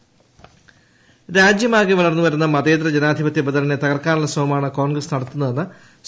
രാമചന്ദ്രൻപിള്ള രാജ്യമാകെ വളർന്നുവരുന്ന മതേതര ജനാധിപത്യ ബദലിനെ തകർക്കാനുള്ള ശ്രമമാണ് കോൺഗ്രസ് നടത്തുന്നതെന്ന് സി